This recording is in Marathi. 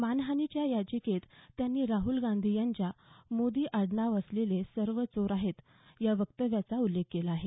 मानहानीच्या याचिकेत त्यांनी राहुल गांधी यांच्या मोदी आडनाव असलेले सर्व चोर आहेत या वक्तव्याचा उल्लेख केला आहे